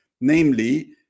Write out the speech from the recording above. Namely